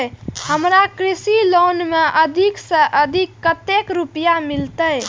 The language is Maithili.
हमरा कृषि लोन में अधिक से अधिक कतेक रुपया मिलते?